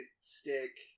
stick